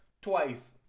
Twice